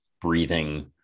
breathing